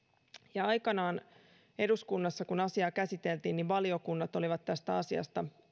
aikanaan kun eduskunnassa asiaa käsiteltiin niin valiokunnat olivat erimielisiä tästä asiasta